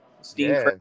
steam